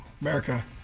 America